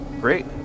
Great